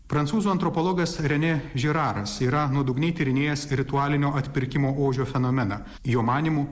prancūzų antropologas renė žiraras yra nuodugniai tyrinėjęs ritualinio atpirkimo ožio fenomeną jo manymu